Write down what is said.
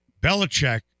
Belichick